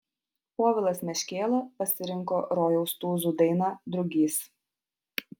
povilas meškėla pasirinko rojaus tūzų dainą drugys